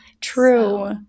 True